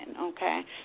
okay